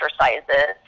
exercises